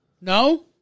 No